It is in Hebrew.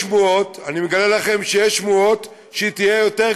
ואני מגלה לכם שיש שמועות שהיא תהיה יותר קטנה.